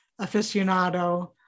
aficionado